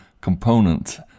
component